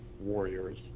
warriors